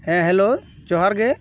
ᱦᱮᱸ ᱦᱮᱞᱳ ᱡᱚᱦᱟᱨ ᱜᱮ